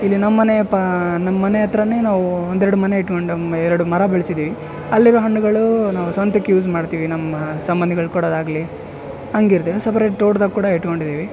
ಇಲ್ಲಿ ನಮ್ಮನೆ ಪ ನಮ್ಮ ಮನೆ ಹತ್ರನೇ ನಾವು ಒಂದೆರಡು ಮನೆ ಇಟ್ಕೊಂಡು ಎರಡು ಮರ ಬೆಳ್ಸಿದ್ದೀವಿ ಅಲ್ಲಿರೋ ಹಣ್ಣುಗಳು ನಾವು ಸ್ವಂತಕ್ಕೆ ಯೂಸ್ ಮಾಡ್ತೀವಿ ನಮ್ಮ ಸಂಬಂಧಿಗಳು ಕೊಡೋದಾಗಲಿ ಹಾಂಗಿರ್ ಸಪರೇಟ್ ತೋಟ್ದಾಗ ಕೂಡ ಇಟ್ಕೊಂಡಿದ್ದೀವಿ